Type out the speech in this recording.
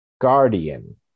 guardian